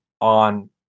on